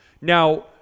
Now